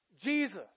Jesus